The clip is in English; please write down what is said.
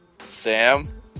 Sam